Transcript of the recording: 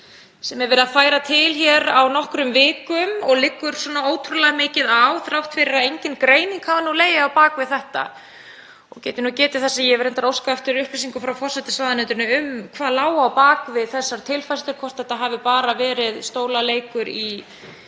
sem er verið að færa til hér á nokkrum vikum og liggur svona ótrúlega mikið á þrátt fyrir að engin greining hafi legið á bak við þetta. Ég get getið þess að ég hef reyndar óskað eftir upplýsingum frá forsætisráðuneytinu um hvað hafi legið á bak við þessar tilfærslur, hvort þetta hafi bara verið stólaleikur í